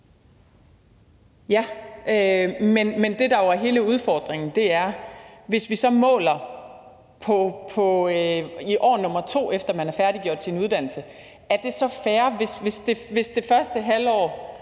Ja, men det, der er hele udfordringen, er, at hvis vi så måler på år 2, efter man har færdiggjort sin uddannelse, er det så fair, hvis det forgangne halve